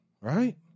right